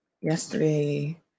yesterday